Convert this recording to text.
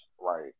Right